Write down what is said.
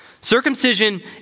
Circumcision